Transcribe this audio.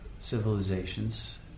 civilizations